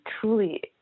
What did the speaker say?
truly